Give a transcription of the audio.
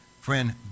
Friend